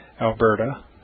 Alberta